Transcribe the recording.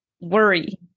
worry